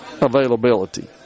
availability